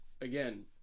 again